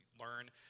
learn